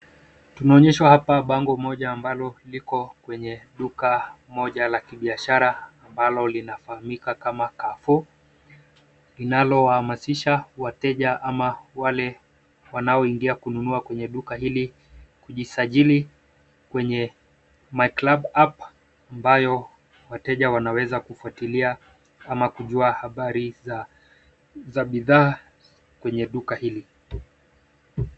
Tunaonyeshwa hapa bango moja ambalo liko kwenye duka moja la kibiashara ambalo linafahamika kama CarreFour inalohamasisha wateja ama wale wanaoingia kuingia kununua kwenye duka hili kujisajili kwenye MyClub App ambayo wateja wanaweza kufuatilia ama kujua habari za bidhaa kwenye duka hili.